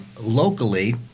locally